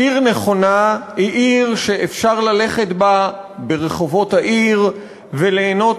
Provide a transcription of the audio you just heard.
עיר נכונה היא עיר שאפשר ללכת בה ברחובות העיר וליהנות